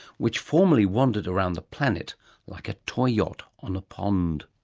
which formally wandered around the planet like a toy yacht on a pond.